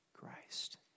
Christ